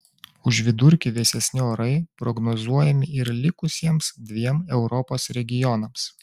už vidurkį vėsesni orai prognozuojami ir likusiems dviem europos regionams